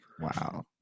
Wow